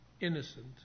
innocent